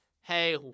hey